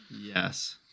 Yes